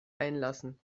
einlassen